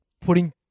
putting